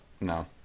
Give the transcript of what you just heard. No